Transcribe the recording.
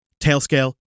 TailScale